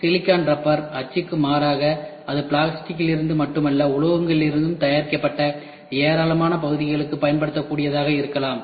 silicon rubber அச்சுக்கு மாறாக இது பிளாஸ்டிக்கிலிருந்து மட்டுமல்ல உலோகங்களிலிருந்தும் தயாரிக்கப்பட்ட ஏராளமான பகுதிகளுக்குப் பயன்படுத்தக்கூடியதாக இருக்கலாம்